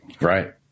Right